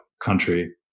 country